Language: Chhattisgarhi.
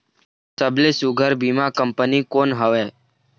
सबले सुघ्घर बीमा कंपनी कोन हवे?